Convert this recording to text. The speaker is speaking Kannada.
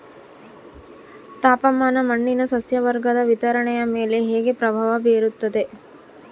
ತಾಪಮಾನ ಮಣ್ಣಿನ ಸಸ್ಯವರ್ಗದ ವಿತರಣೆಯ ಮೇಲೆ ಹೇಗೆ ಪ್ರಭಾವ ಬೇರುತ್ತದೆ?